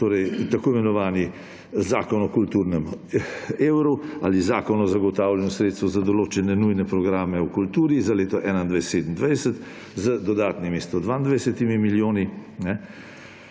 injekcijo tako imenovani zakon o kulturnem evru ali Zakon o zagotavljanju sredstev za določene nujne programe v kulturi za leta 2021−2027 z dodatnimi 122 milijoni.